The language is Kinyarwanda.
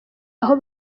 aho